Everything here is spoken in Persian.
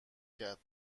کرد